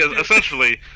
essentially